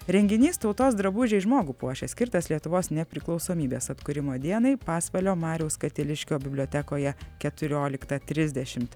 renginys tautos drabužiai žmogų puošia skirtas lietuvos nepriklausomybės atkūrimo dienai pasvalio mariaus katiliškio bibliotekoje keturioliktą trisdešimt